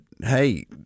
Hey